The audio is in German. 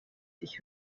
sich